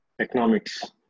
economics